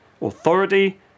Authority